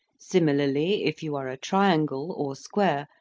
similarly, if you are a triangle, or square,